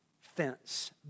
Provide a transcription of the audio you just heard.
Fence